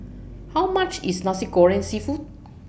How much IS Nasi Goreng Seafood